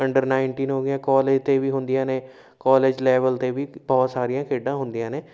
under nineteen ਹੋ ਗਈਆਂ college 'ਤੇ ਵੀ ਹੁੰਦੀਆਂ ਨੇ ਕੋਲਜ ਲੈਵਲ 'ਤੇ ਵੀ ਬਹੁਤ ਸਾਰੀਆਂ ਖੇਡਾਂ ਹੁੰਦੀਆਂ ਨੇ